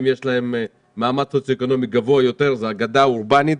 יש מעמד סוציו-אקונומי גבוה יותר היא אגדה אורבנית.